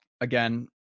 again